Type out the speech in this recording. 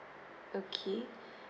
okay